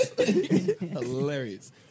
Hilarious